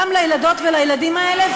גם לילדות ולילדים האלה,